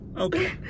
Okay